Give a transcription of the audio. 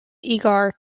eagar